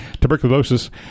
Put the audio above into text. tuberculosis